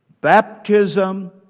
baptism